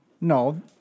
No